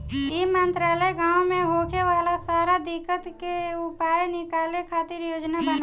ई मंत्रालय गाँव मे होखे वाला सारा दिक्कत के उपाय निकाले खातिर योजना बनावेला